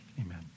Amen